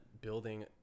building